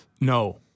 No